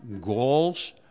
goals